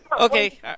Okay